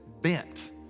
bent